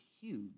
huge